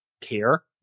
care